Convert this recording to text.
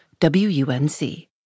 WUNC